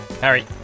Harry